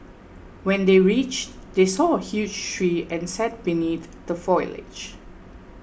when they reached they saw a huge tree and sat beneath the foliage